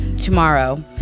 tomorrow